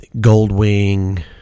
goldwing